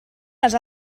les